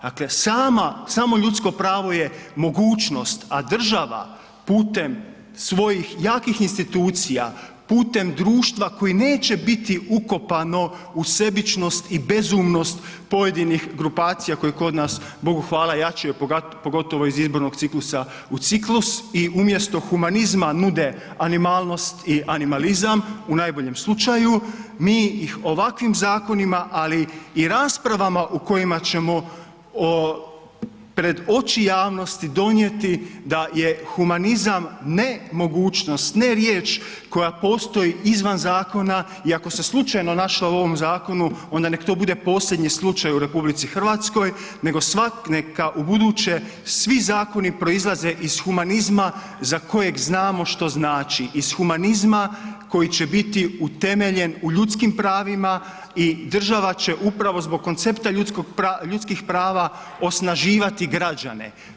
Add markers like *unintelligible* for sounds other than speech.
Dakle samo ljudsko pravo je mogućnost a država putem svojih jakih institucija, putem društva koje neće biti ukopano u sebičnost i bezumnost pojedinih grupacija koje kod nas, Bogu hvala ... *unintelligible* pogotovo iz izbornog ciklusa u ciklus i umjesto humanizma nude animalnost i animalizam u najboljem slučaju, mi ih ovakvim zakonima ali i rasprava u kojima ćemo pred oči javnosti donijeti da je humanizam ne mogućnost, ne riječ koja postoji izvan zakona i ako se slučajno našla u ovom zakonu onda neka to bude posljednji slučaj u RH neka ubuduće svi zakoni proizlaze iz humanizma za kojeg znamo što znači iz humanizma koji će biti utemeljen u ljudskim pravima i država će upravo zbog koncepta ljudskih prava osnaživati građane.